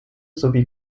sowie